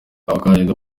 abakandida